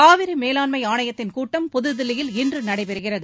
காவிரி மேலாண்மை ஆணையத்தின் கூட்டம் புதுதில்லியில் இன்று நடைபெறுகிறது